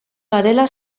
garela